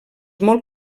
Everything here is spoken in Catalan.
molt